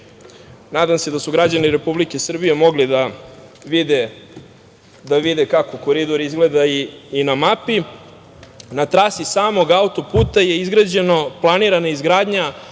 se da su građani Republike Srbije mogli da vide kako koridor izgleda i na mapi. Na trasi samog auto-puta je planirana izgradnja